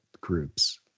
groups